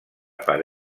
per